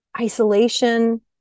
isolation